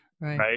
Right